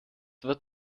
wird